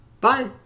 Bye